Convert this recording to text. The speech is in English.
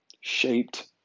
shaped